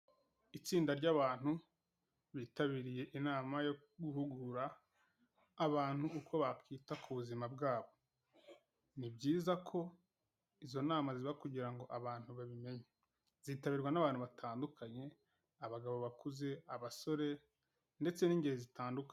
Itsinda ry'abantu, bitabiriye inama yo guhugura abantu, uko bakwita ku buzima bwabo, ni byiza ko izo nama ziba kugira ngo abantu babimenye, zitabirwa n'abantu batandukanye, abagabo bakuze, abasore, ndetse n'ingeri zitandukanye.